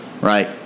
right